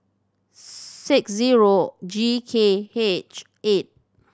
six zero G K H eight